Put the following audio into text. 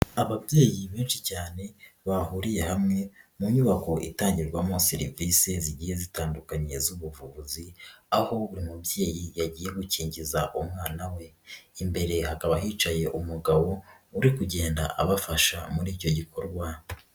Ababyeyi benshi cyane bahuriye hamwe mu nyubako itangirwamo serivisi zigiye zitandukanye z'ubuvuzi aho umubyeyi yagiye gukingiza umwana we, imbere hakaba hicaye umugabo uri kugenda abafasha muri icyo gikorwa.